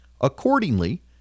Accordingly